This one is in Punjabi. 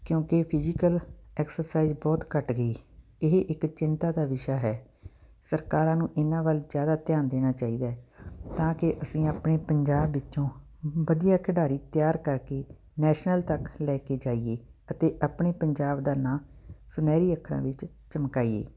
ਕਿਉਂਕਿ ਫਿਜੀਕਲ ਐਕਸਰਸਾਈਜ਼ ਬਹੁਤ ਘੱਟ ਗਈ ਇਹ ਇੱਕ ਚਿੰਤਾ ਦਾ ਵਿਸ਼ਾ ਹੈ ਸਰਕਾਰਾਂ ਨੂੰ ਇਹਨਾਂ ਵੱਲ ਜਿਆਦਾ ਧਿਆਨ ਦੇਣਾ ਚਾਹੀਦਾ ਹੈ ਤਾਂ ਕਿ ਅਸੀਂ ਆਪਣੇ ਪੰਜਾਬ ਵਿੱਚੋਂ ਵਧੀਆ ਖਿਡਾਰੀ ਤਿਆਰ ਕਰਕੇ ਨੈਸ਼ਨਲ ਤੱਕ ਲੈ ਕੇ ਜਾਈਏ ਅਤੇ ਆਪਣੇ ਪੰਜਾਬ ਦਾ ਨਾਂ ਸੁਨਹਿਰੀ ਅੱਖਰਾਂ ਵਿੱਚ ਚਮਕਾਈਏ